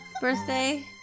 birthday